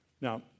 Now